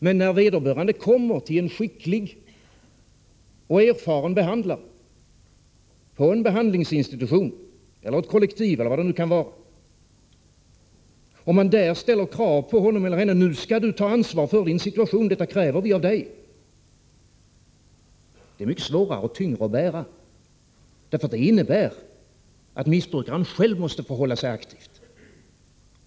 Men när vederbörande kommer till en skicklig och erfaren behandlare, på en behandlingsinstitution eller ett kollektiv eller vad det nu kan vara, och man där ställer krav på honom eller henne, att nu skall du ta ansvar för din situation — detta kräver vi av dig — är detta mycket svårare och tyngre att bära. Det innebär nämligen att missbrukaren själv måste förhålla sig aktiv.